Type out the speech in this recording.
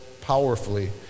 powerfully